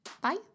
Bye